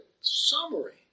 summary